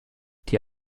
die